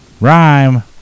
Rhyme